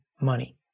money